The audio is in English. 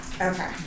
Okay